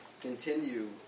continue